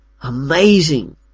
Amazing